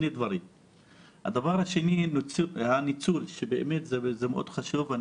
הדבר השני הניצול, שזה מאוד חשוב.